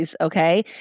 okay